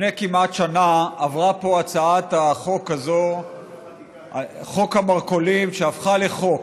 לפני כמעט שנה עברה פה הצעת חוק המרכולים והפכה לחוק.